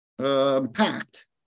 pact